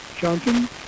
Johnson